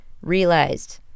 realized